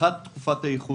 האחת היא תקופת הייחוס.